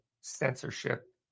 censorship